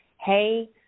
hey